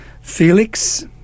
Felix